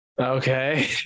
okay